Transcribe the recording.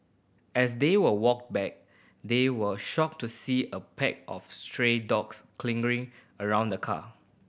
as they were walked back they were shocked to see a pack of stray dogs circling around the car